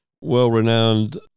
well-renowned